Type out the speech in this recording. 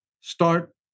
start